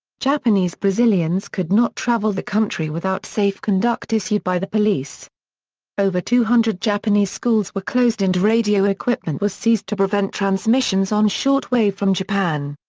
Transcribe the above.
japanese brazilians could not travel the country without safe conduct issued by the police over two hundred japanese schools were closed and radio equipment was seized to prevent transmissions on short wave from japan.